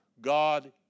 God